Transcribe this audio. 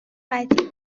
قطعی